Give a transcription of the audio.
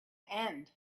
end